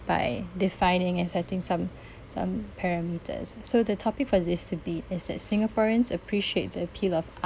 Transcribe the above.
by defining as I think some some parameters so the topic for this debate is that singaporeans appreciate the appeal of